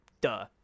duh